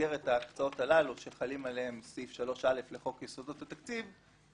במסגרת ההצעות הללו שחל עליהן סעיף 3א לחוק יסודות התקציב,